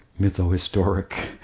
mytho-historic